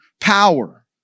power